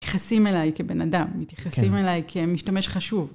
מתייחסים אליי כבן אדם, מתייחסים אליי כמשתמש חשוב.